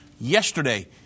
yesterday